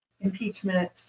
impeachment